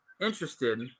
interested